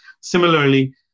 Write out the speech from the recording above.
Similarly